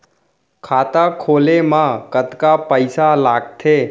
खाता खोले मा कतका पइसा लागथे?